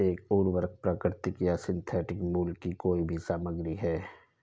एक उर्वरक प्राकृतिक या सिंथेटिक मूल की कोई भी सामग्री है